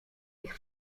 ich